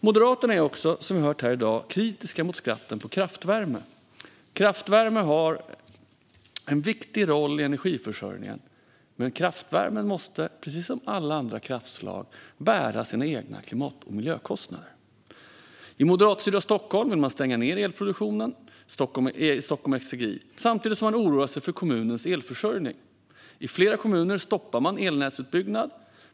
Moderaterna är också, som vi har hört här i dag, kritiska mot skatten på kraftvärme. Kraftvärmen har en viktig roll i energiförsörjningen, men den måste precis som alla andra kraftslag bära sina egna klimat och miljökostnader. I det moderatstyrda Stockholm vill man stänga ned elproduktionen i Stockholm Exergi samtidigt som man oroar sig för kommunens elförsörjning. I flera kommuner stoppar man elnätsutbyggnad.